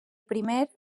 primer